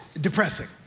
depressing